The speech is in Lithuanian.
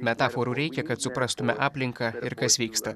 metaforų reikia kad suprastume aplinką ir kas vyksta